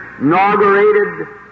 inaugurated